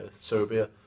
Serbia